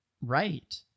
right